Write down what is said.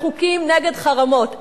בחוקים נגד חרמות?